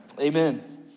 amen